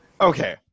okay